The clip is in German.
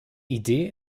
idee